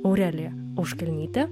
aurelija auškalnytė